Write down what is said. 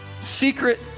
secret